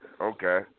Okay